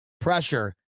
pressure